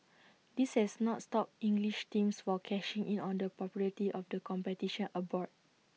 this has not stopped English teams for cashing in on the popularity of the competition abroad